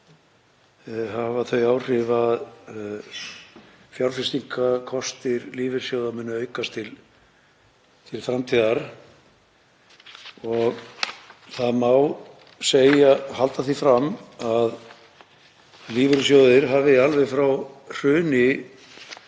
hafa þau áhrif að fjárfestingarkostir lífeyrissjóða munu aukast til framtíðar. Það má halda því fram að lífeyrissjóðir hafi alveg frá hruni